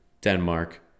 Denmark